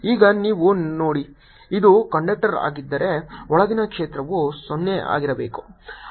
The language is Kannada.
ಈಗ ನೀವು ನೋಡಿ ಇದು ಕಂಡಕ್ಟರ್ ಆಗಿದ್ದರೆ ಒಳಗಿನ ಕ್ಷೇತ್ರವು 0 ಆಗಿರಬೇಕು